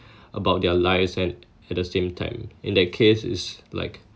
about their lives at at the same time in that case it's like